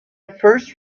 first